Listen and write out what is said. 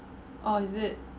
oh is it